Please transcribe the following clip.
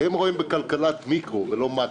כי הם רואים בכלכלת מיקרו ולא מקרו,